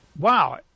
Wow